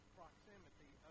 proximity